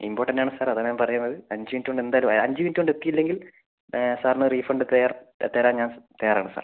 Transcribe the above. important ആണ് sir അതാ ഞാൻ പറയുന്നത് അഞ്ച് മിനിറ്റ് കൊണ്ട് എന്തായാലും അഞ്ച് മിനിറ്റ് കൊണ്ട് എത്തിയില്ലെങ്കിൽ സാറിന് റീഫണ്ട് ഫെയർ തരാൻ ഞാൻ തയ്യാറാണ് സാർ